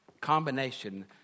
combination